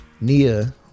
Nia